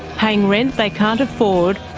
paying rent they can't afford,